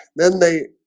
then they